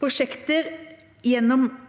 Prosjekter